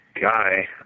guy